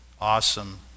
awesome